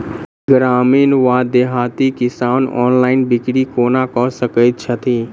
ग्रामीण वा देहाती किसान ऑनलाइन बिक्री कोना कऽ सकै छैथि?